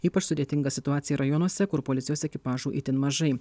ypač sudėtinga situacija rajonuose kur policijos ekipažų itin mažai